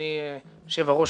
אדוני היושב-ראש,